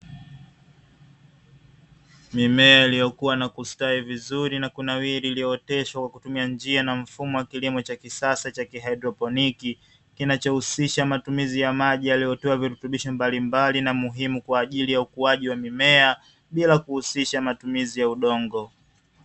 Mimea iliyokuwa na kustawi vizuri na kunawiri iliyooteshwa kwa kutumia njia na mfumo wa kilimo cha kisasa cha kihaydroponiki, kinachohusisha matumizi ya maji yaliyotoa virutubisho mbalimbali na muhimu kwa ajili ya ukuaji wa mimea bila kuhusisha matumizi ya udongo.